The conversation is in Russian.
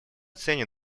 ценит